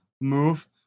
move